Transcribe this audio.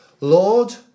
Lord